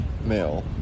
male